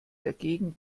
dagegen